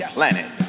Planet